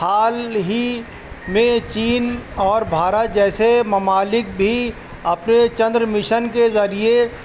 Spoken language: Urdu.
حال ہی میں چین اور بھارت جیسے ممالک بھی اپنے چندر مشن کے ذریعے